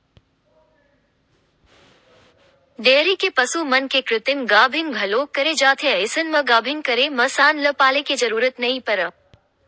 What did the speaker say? dairy के पसु मन के कृतिम गाभिन घलोक करे जाथे अइसन म गाभिन करे म सांड ल पाले के जरूरत नइ परय